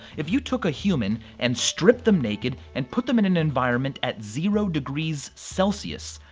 if you took a human and stripped them naked and put them in an environment at zero degrees celsius,